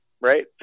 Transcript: right